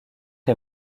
est